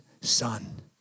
son